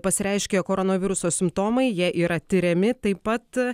pasireiškė koronaviruso simptomai jie yra tiriami taip pat